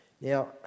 Now